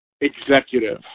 executive